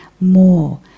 more